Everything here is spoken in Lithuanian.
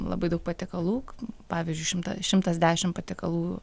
labai daug patiekalų pavyzdžiui šimtą šimtas dešimt patiekalų